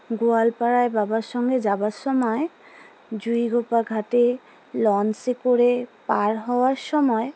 গোয়ালপাড়ায় বাবার সঙ্গে যাাবার সময় জুঁইগোপা ঘাটে লঞ্চে করে পার হওয়ার সময়